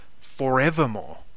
forevermore